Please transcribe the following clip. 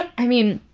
i mean,